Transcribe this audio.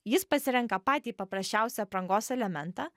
jis pasirenka patį paprasčiausią aprangos elementą